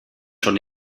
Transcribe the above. schon